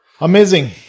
amazing